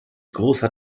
großer